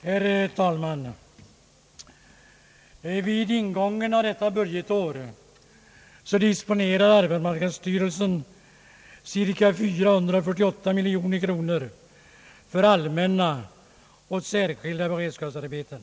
Herr talman! Vid ingången av detta budgetår disponerade arbetsmarknadsstyrelsen cirka 448 miljoner kronor för allmänna och särskilda beredskapsarbeten.